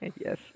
Yes